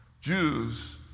Jews